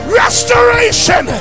restoration